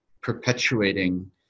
perpetuating